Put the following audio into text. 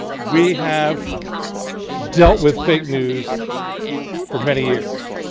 we have dealt with fake news for many years.